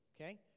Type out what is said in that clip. Okay